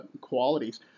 qualities